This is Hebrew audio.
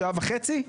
שעה וחצי?